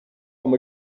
arm